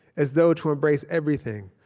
as though to embrace everything,